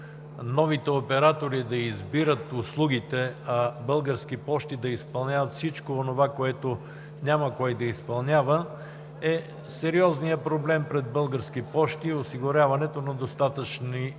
новите оператори да избират услугите, а Български пощи да изпълняват всичко онова, което няма кой да изпълнява, е сериозният проблем пред Български пощи и осигуряването на достатъчни средства